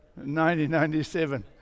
1997